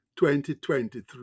2023